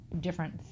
different